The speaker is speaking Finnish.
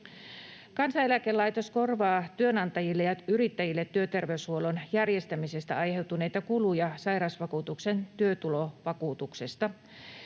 Kansaneläkelaitos korvaa työnantajille ja yrittäjille työterveyshuollon järjestämisestä aiheutuneita kuluja sairausvakuutuksen työtulovakuutuksesta.